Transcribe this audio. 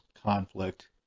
conflict